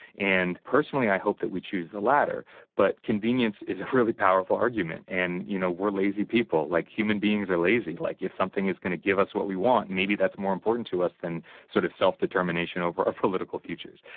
and personally, i hope that we choose the latter but convenience is a really powerful argument. and, you know, we're lazy people. like, human beings are lazy. like, if something is going to give us what we want, maybe that's more important to us than sort of self-determination over our political futures.